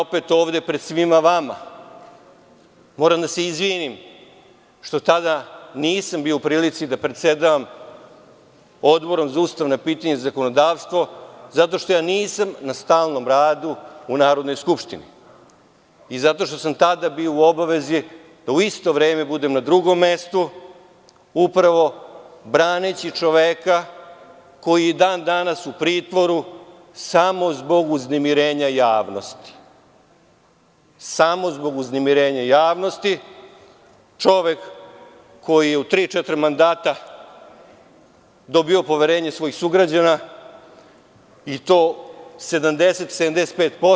Opet ovde pred svima vama moram da se izvinim što tada nisam bio u prilici da predsedavam Odborom za ustavna pitanja i zakonodavstvo zato što nisam na stalnom radu u Narodnoj skupštini i zato što sam tada bio u obavezi da u isto vreme budem na drugom mestu upravo braneći čoveka koji je dan danas u pritvoru samo zbog uznemirenja javnosti koji je u tri, četiri mandata dobio poverenje svojih sugrađana i to 75%